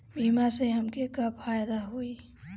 बीमा से हमके का फायदा होई?